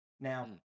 Now